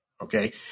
Okay